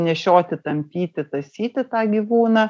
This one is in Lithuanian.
nešioti tampyti tąsyti tą gyvūną